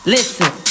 Listen